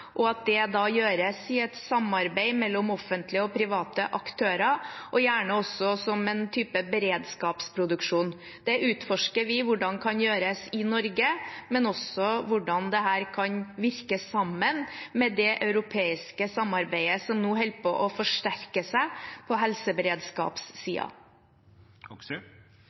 og at det kan gjøres i et samarbeid mellom offentlige og private aktører, gjerne også som en type beredskapsproduksjon. Vi utforsker hvordan det kan gjøres i Norge, men også hvordan dette kan virke sammen med det europeiske samarbeidet som nå holder på å bli forsterket på